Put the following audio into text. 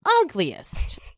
ugliest